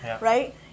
right